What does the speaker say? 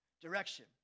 direction